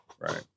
Right